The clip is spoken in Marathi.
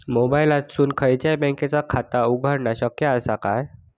मोबाईलातसून खयच्याई बँकेचा खाता उघडणा शक्य असा काय?